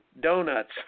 donuts